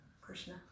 Krishna